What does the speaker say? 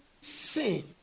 sin